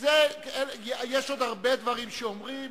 יש עוד הרבה דברים שאומרים.